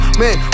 man